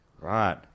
Right